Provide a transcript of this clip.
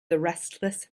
restless